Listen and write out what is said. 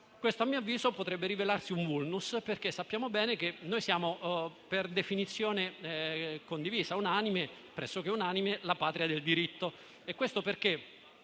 e ciò a mio avviso potrebbe rivelarsi un *vulnus*, perché sappiamo bene che, per definizione condivisa e pressoché unanime, siamo la patria del diritto.